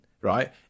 right